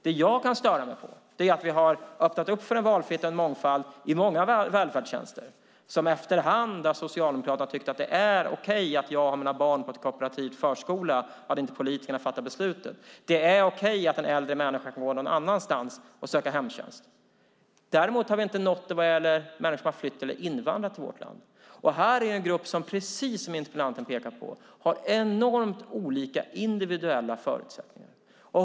Det jag kan störa mig på är att vi öppnat upp för en valfrihet och en mångfald i många välfärdstjänster, och efterhand har Socialdemokraterna tyckt att det är okej att ha barnen på en kooperativ förskola och att politikerna inte fattar besluten och att det är okej att en äldre människa kan få vård någon annanstans och söka hemtjänst, men däremot har vi inte nått dit vad gäller människor som flytt eller invandrat till vårt land. Det är en grupp som, precis som interpellanten påpekar, har enormt olika individuella förutsättningar.